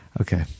okay